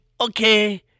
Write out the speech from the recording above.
Okay